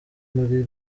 muri